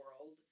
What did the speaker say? world